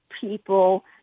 people